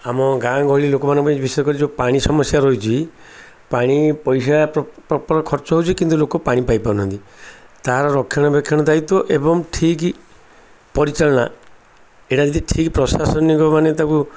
ଆମ ଗାଁ ଗହଳି ଲୋକମାନଙ୍କ ପାଇଁ ବିଶେଷ କରି ଯେଉଁ ପାଣି ସମସ୍ୟା ରହିଛି ପାଣି ପଇସା ପ୍ର ପ୍ରପର ଖର୍ଚ୍ଚ ହେଉଛି କିନ୍ତୁ ଲୋକ ପାଣି ପାଇ ପାରୁନାହାନ୍ତି ତା'ର ରକ୍ଷଣ ବେକ୍ଷଣ ଦାୟିତ୍ଵ ଏବଂ ଠିକ୍ ପରିଚାଳନା ଏଇଟା ଯଦି ଠିକ୍ ପ୍ରଶାସନିକ ମାନେ ତା'କୁ